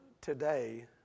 today